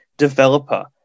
developer